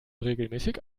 regelmäßig